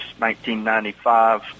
1995